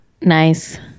Nice